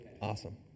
Awesome